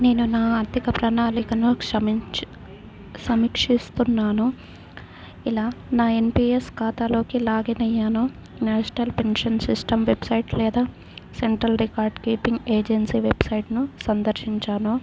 నేను నా ఆర్థిక ప్రణాళికను క్షమించి సమీక్షిస్తున్నాను ఇలా నా ఎన్పీఎస్ ఖాతాలోకి లాగిన్ అయ్యాను నేషనల్ పెన్షన్ సిస్టమ్ వెబ్సైట్ లేదా సెంట్రల్ రికార్డ్ కీపింగ్ ఏజెన్సీ వెబ్సైట్ను సందర్శించాను